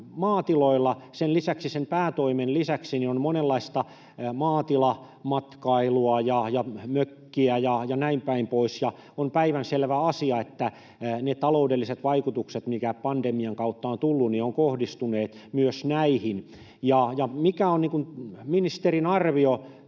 maatiloilla sen päätoimen lisäksi on monenlaista maatilamatkailua ja mökkiä ja näin päin pois, ja on päivänselvä asia, että ne taloudelliset vaikutukset, mitkä pandemian kautta ovat tulleet, ovat kohdistuneet myös näihin. Mikä on ministerin arvio